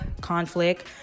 conflict